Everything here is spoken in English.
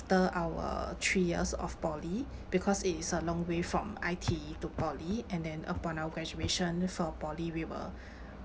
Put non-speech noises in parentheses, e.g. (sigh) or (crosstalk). after our three years of poly (breath) because it is a long way from I_T_E to poly and then upon our graduation for poly we were